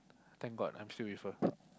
thank god I'm still with her